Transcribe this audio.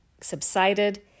subsided